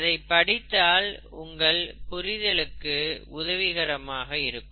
அதை படித்தால் உங்கள் புரிதலுக்கு உதவிகரமாக இருக்கும்